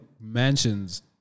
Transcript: mansions